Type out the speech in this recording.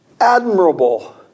admirable